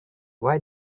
why